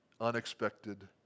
unexpected